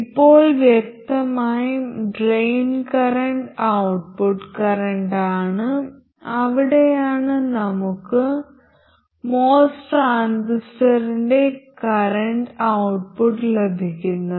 ഇപ്പോൾ വ്യക്തമായും drain current output കറന്റാണ് അവിടെയാണ് നമുക്ക് MOS ട്രാൻസിസ്റ്ററിൽ കറന്റ് ഔട്ട്പുട്ട് ലഭിക്കുന്നത്